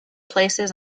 places